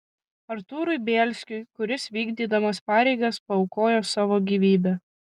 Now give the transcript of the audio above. artūrui bielskiui kuris vykdydamas pareigas paaukojo savo gyvybę